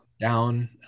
down